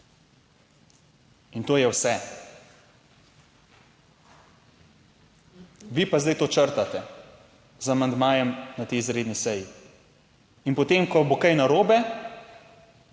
in to je vse. Vi pa zdaj to črtate z amandmajem na tej izredni seji. In potem, ko bo kaj narobe,